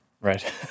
Right